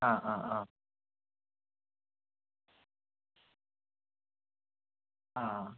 ആ ആ ആ ആ